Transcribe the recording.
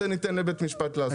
את זה ניתן לבית המשפט לעשות.